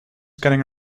getting